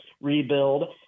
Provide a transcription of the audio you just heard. rebuild